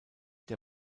der